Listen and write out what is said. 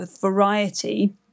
variety